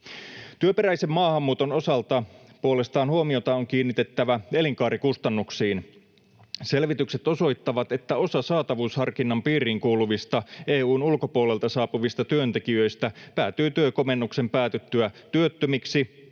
Työperäisen maahanmuuton osalta puolestaan huomiota on kiinnitettävä elinkaarikustannuksiin. Selvitykset osoittavat, että osa saatavuusharkinnan piiriin kuuluvista EU:n ulkopuolelta saapuvista työntekijöistä päätyy työkomennuksen päätyttyä työttömiksi